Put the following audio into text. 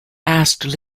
asked